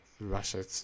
Russia